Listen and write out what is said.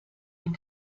den